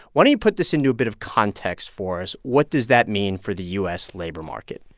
why don't you put this into a bit of context for us? what does that mean for the u s. labor market?